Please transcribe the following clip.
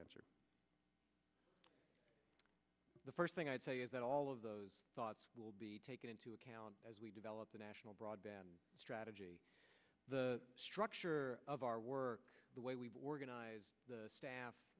answer the first thing i'd say is that all of those thoughts will be taken into account as we develop the national broadband strategy the structure of our work the way we've organized the staff